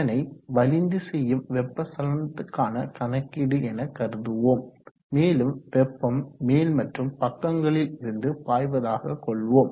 இதனை வலிந்து செய்யும் வெப்ப சலனத்துக்கான கணக்கீடு எனக்கருதுவோம் மேலும் வெப்பம் மேல் மற்றும் பக்கங்களில் இருந்து பாய்வதாக கொள்வோம்